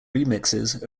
remixes